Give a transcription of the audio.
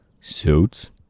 suits